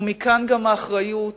ומכאן גם האחריות